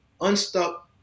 unstuck